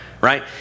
right